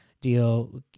deal